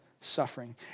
suffering